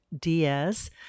Diaz